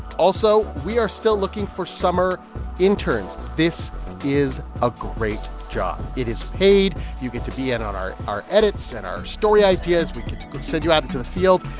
also we are still looking for summer interns. this is a great job. it is paid. you get to be in on our our edits and our story ideas. we get to send you out into the field.